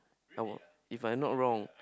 I was if I'm not wrong